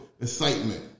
excitement